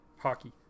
hockey